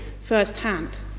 firsthand